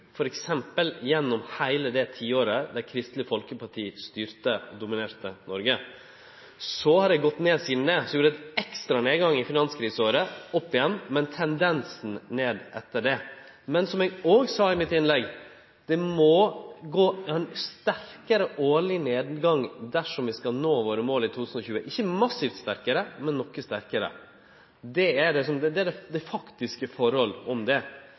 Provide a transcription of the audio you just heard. f.eks. gjennom heile det tiåret Kristeleg Folkeparti styrte og dominerte Noreg. Så har det gått ned sidan det. Det var ein ekstra nedgang i finanskriseåret, så opp igjen, men tendensen har vore nedgang etter det. Men som eg òg sa i mitt innlegg: Det må ein sterkare årleg nedgang til dersom vi skal nå måla våre i 2020 – ikkje massivt sterkare, men noko sterkare. Det er dei faktiske forholda om dette. Det er